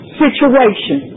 situation